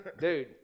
Dude